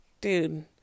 dude